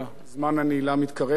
ברגע הזה, האחרון,